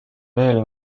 veel